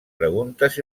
preguntes